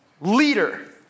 leader